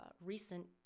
recent